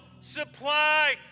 supply